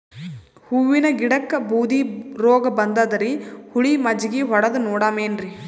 ಹೂವಿನ ಗಿಡಕ್ಕ ಬೂದಿ ರೋಗಬಂದದರಿ, ಹುಳಿ ಮಜ್ಜಗಿ ಹೊಡದು ನೋಡಮ ಏನ್ರೀ?